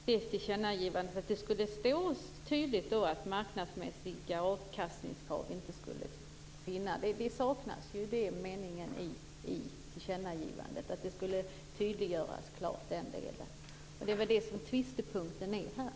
Herr talman! Det som saknas i tillkännagivandet är att det inte skall vara fråga om några marknadsmässiga avkastningskrav. Det borde tydliggöras. Det är väl det som är tvistepunkten här.